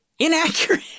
inaccurate